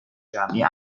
جمعی